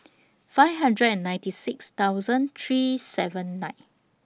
five hundred and ninety six thousand three senven nine